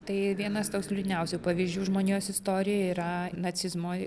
tai vienas toks liūdniausių pavyzdžių žmonijos istorijoje yra nacizmo